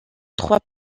trois